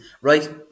right